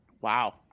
Wow